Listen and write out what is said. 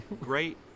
great